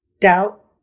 doubt